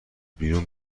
بیرون